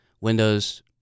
Windows